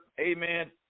amen